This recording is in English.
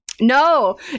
No